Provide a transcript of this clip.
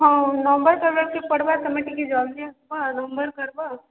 ହଁ ନମ୍ୱରଟା ବାକି ପଡ଼ିବ ତୁମେ ଟିକେ ଜଲ୍ଦି ଆସିବ ଆଉ ନମ୍ୱର କରିବ